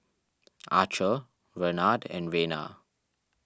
Archer Renard and Rena